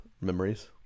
memories